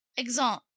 exeunt.